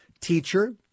Teacher